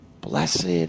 Blessed